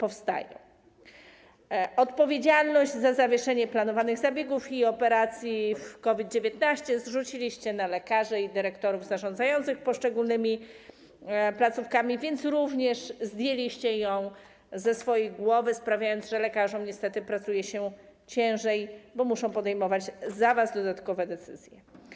Odpowiedzialność za zawieszenie planowanych zabiegów i operacji w COVID-19 zrzuciliście na lekarzy i dyrektorów zarządzających poszczególnymi placówkami, więc również zdjęliście ją ze swojej głowy, sprawiając, że lekarzom niestety pracuje się ciężej, bo muszą podejmować za was dodatkowe decyzje.